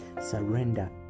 Surrender